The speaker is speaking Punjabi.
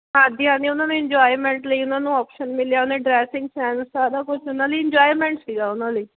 ਹਾਂਜੀ ਹਾਂਜੀ ਉਹਨਾਂ ਨੂੰ ਇੰਜੋਏਮੈਂਟ ਲਈ ਉਹਨਾਂ ਨੂੰ ਆਪਸ਼ਨ ਮਿਲਿਆ ਉਹਨੇ ਡਰੈਸਿੰਗ ਸੈਂਸ ਦਾ ਕੁਝ ਉਹਨਾਂ ਲਈ ਇੰਜੋਇਮੈਂਟ ਸੀਗਾ ਉਹਨਾਂ ਲਈ